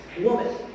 woman